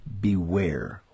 beware